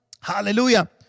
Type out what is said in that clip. Hallelujah